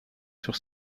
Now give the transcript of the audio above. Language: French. sur